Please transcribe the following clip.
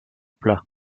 plat